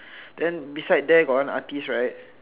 then beside there got one artist right